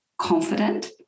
confident